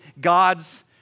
God's